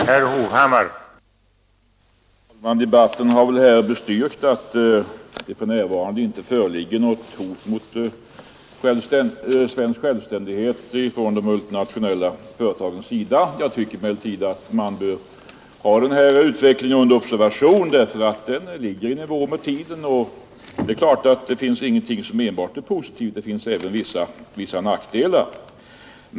Herr talman! Debatten har väl bestyrkt att det för närvarande inte föreligger något hot mot svensk självständighet från de multinationella företagens sida. Jag tycker emellertid att man bör ha den här utvecklingen under observation, därför att den ligger i nivå med tiden, och det är klart att det finns ingenting som enbart är positivt — det finns även vissa nackdelar.